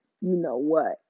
you-know-what